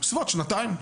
בסביבות שנתיים.